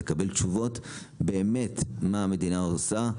לקבל תשובות באמת מה המדינה עושה.